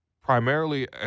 primarily